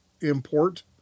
import